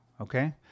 okay